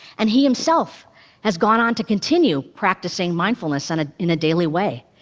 and he himself has gone on to continue practicing mindfulness and ah in a daily way.